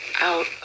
out